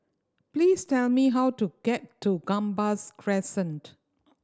please tell me how to get to Gambas Crescent